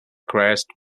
crashed